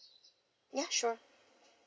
ya sure